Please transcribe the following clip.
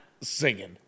singing